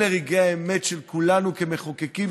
אלו רגע האמת של כולנו כמחוקקים,